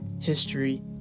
history